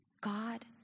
God